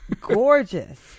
Gorgeous